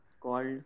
called